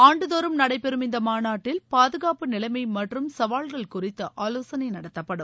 ஆண்டுதோறும் நடைபெறும் இந்த மாநாட்டில் பாதுகாப்பு நிலைமை மற்றும் சவால்கள் குறித்து ஆலோசனை நடத்தப்படும்